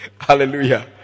hallelujah